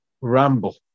ramble